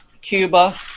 Cuba